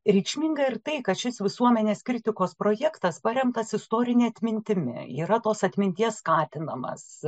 reikšminga ir tai kad šis visuomenės kritikos projektas paremtas istorine atmintimi yra tos atminties skatinamas